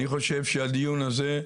אני חושב שהדיון הזה,